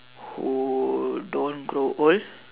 who don't grow old